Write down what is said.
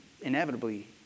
inevitably